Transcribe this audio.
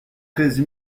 treize